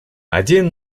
один